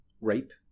rape